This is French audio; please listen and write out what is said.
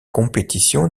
compétition